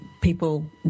people